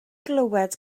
glywed